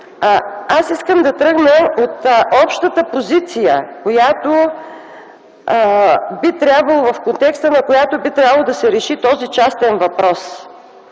Искам да тръгна от общата позиция, в контекста на която би трябвало да се реши този частен въпрос.